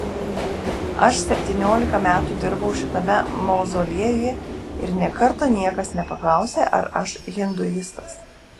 aš septyniolika metų dirbau šitame mauzoliejuje ir nė karto niekas nepaklausė ar aš hinduistas